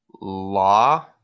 Law